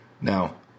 Now